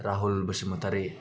Rahul Basumatary